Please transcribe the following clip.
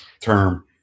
term